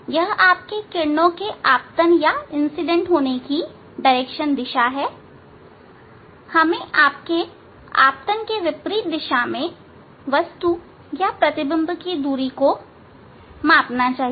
यह आपके किरणों के आपतन की दिशा है हमें आपतन के विपरीत दिशा से वस्तु या प्रतिबिंब की दूरी को मापना चाहिए